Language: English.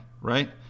right